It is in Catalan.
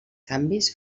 canvis